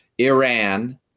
Iran